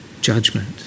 judgment